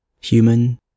Human